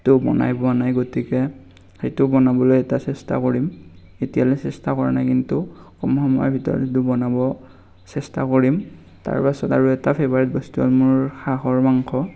সেইটো বনাই পোৱা নাই গতিকে সেইটো বনাবলৈ এটা চেষ্টা কৰিম এতিয়ালৈ চেষ্টা কৰা নাই কিন্তু কম সময়ৰ ভিতৰত সেইটো বনাব চেষ্টা কৰিম তাৰ পাছত আৰু এটা ফেভাৰেত বস্তু মোৰ হাঁহৰ মাংস